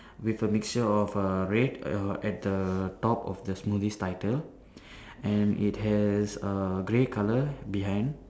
with a mixture of err red uh at the top of the smoothies title and it has err grey colour behind